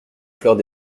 fleurs